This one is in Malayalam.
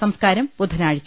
സംസ്കാരം ബുധനാഴ്ച